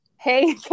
Hey